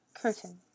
Curtain